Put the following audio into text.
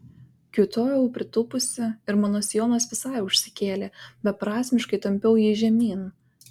kiūtojau pritūpusi ir mano sijonas visai užsikėlė beprasmiškai tampiau jį žemyn